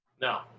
No